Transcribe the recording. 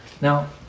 Now